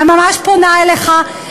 אני ממש פונה אליך,